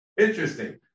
Interesting